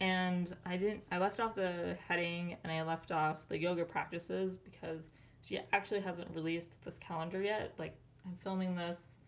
and i didn't i left off the heading and i i left off the yoga practices because she actually hasn't released this calendar yet. like i'm filming this